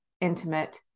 intimate